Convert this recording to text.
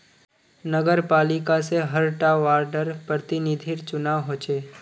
नगरपालिका से हर टा वार्डर प्रतिनिधिर चुनाव होचे